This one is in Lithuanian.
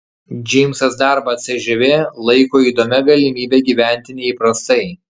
džeimsas darbą cžv laiko įdomia galimybe gyventi neįprastai